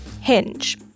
Hinge